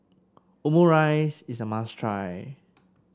Omurice is a must try